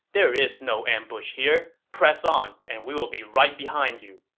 there is no ambush here. press on, and we will be right behind you.